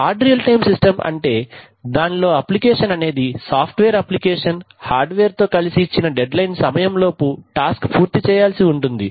hard real time system అంటే దానిలో application అనేది software application hardware తో కలిసి ఇచ్చిన డెడ్ లైన్ సమయం లోపు టాస్క్ పూర్తి చేయాల్సి ఉంటుంది